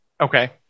okay